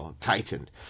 tightened